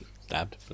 stabbed